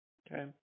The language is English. okay